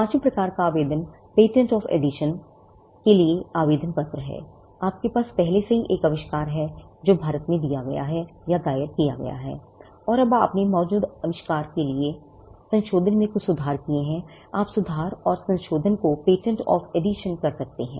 पांचवें प्रकार का आवेदन पेटेंट आफ़ एडिशन कर सकते हैं